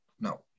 no